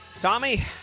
Tommy